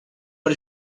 per